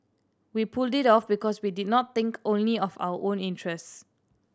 we pulled it off because we did not think only of our own interests